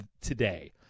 today